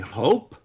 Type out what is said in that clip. hope